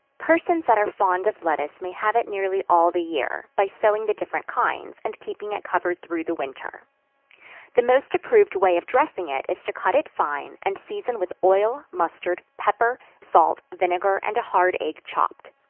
persons that are fond of lettuce may have it nearly all the year, by sowing the different kinds, and keeping it covered through the winter the most approved way of dressing it is to cut it fine, and season with oil, mustard, pepper, salt, vinegar, and a hard egg chopped.